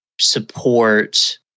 support